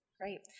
Great